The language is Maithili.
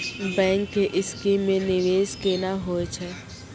बैंक के स्कीम मे निवेश केना होय छै?